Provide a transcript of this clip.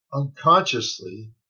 unconsciously